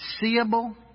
seeable